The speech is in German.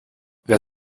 wer